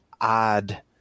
odd